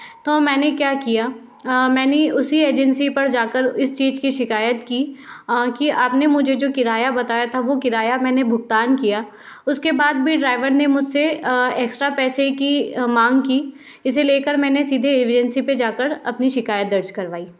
तो मैंने क्या किया मैंने उसी एजेंसी पर जा कर इस चीज़ की शिकायत की कि आपने मुझे जो किराया बताया था वो किराया मैंने भुगतान किया उसके बाद भी ड्राइवर ने मुझसे एक्स्ट्रा पैसे की मांग की इसे लेकर मैंने सीधे एजेंसी पे जाकर अपनी शिकायत दर्ज करवाई